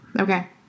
Okay